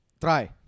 try